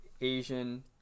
Asian